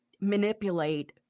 manipulate